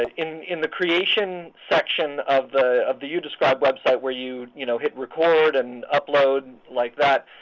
ah in in the creation section of the of the youdescribe website where you you know hit record and upload like that,